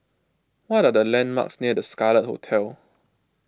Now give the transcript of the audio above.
what are the landmarks near the Scarlet Hotel